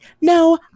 no